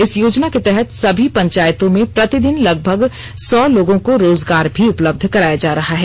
इस योजना के तहत सभी पंचायतों में प्रतिदिन लगभग सौ लोगों को रोजगार भी उपलब्ध कराया जा रहा है